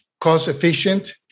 cost-efficient